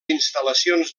instal·lacions